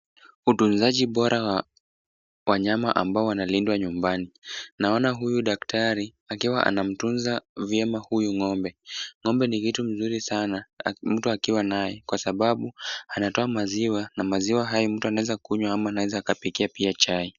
Utunzaji bora wa wanyama ambao wanalindwa nyumbani. Naona huyu daktari akiwa anamtunza vyema huyu ng'ombe. Ng'ombe ni kitu mzuri sana mtu akiwa naye kwa sababu anatoa maziwa na maziwa hayo mtu anaweza kunywa ama anaweza akapikia pia chai.